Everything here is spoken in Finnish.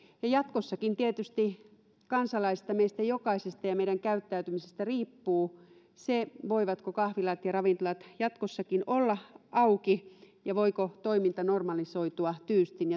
jatkossakin tietysti kansalaisista meistä jokaisesta ja ja meidän käyttäytymisestämme riippuu se voivatko kahvilat ja ravintolat jatkossakin olla auki ja voiko toiminta normalisoitua tyystin